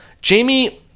Jamie